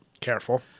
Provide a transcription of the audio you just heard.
Careful